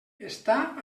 està